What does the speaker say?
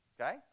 Okay